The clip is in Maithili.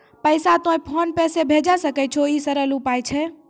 पैसा तोय फोन पे से भैजै सकै छौ? ई सरल उपाय छै?